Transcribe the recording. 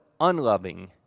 unloving